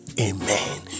Amen